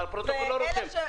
הפרוטוקול לא רושם.